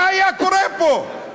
מה היה קורה פה?